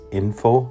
info